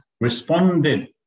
responded